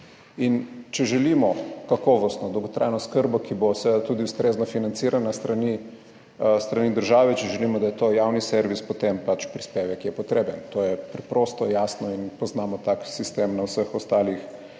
In če želimo kakovostno dolgotrajno oskrbo, ki bo seveda tudi ustrezno financirana s strani, s strani države, če želimo, da je to javni servis, potem pač prispevek, ki je potreben, to je preprosto jasno. In poznamo tak sistem na vseh ostalih